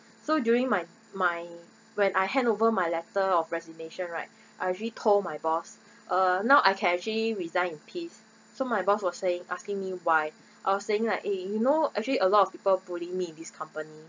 so during my my when I hand over my letter of resignation right I actually told my boss uh now I can actually resign in peace so my boss was saying asking me why I was saying like eh you know actually a lot of people bully me in this company